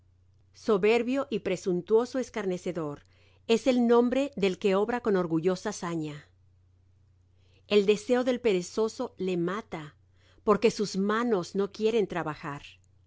soberbio y presuntuoso escarnecedor es el nombre del que obra con orgullosa saña el deseo del perezoso le mata porque sus manos no quieren trabajar